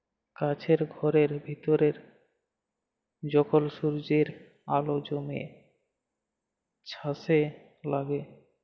কাছের ঘরের ভিতরে যখল সূর্যের আল জ্যমে ছাসে লাগে